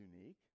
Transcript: unique